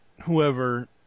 whoever